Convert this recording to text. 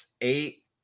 eight